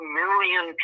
million